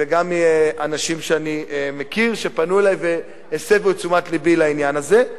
גם מאנשים שאני מכיר שפנו אלי והסבו את תשומת לבי לעניין הזה,